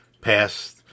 past